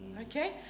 okay